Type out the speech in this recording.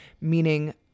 meaning